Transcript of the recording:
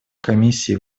комиссии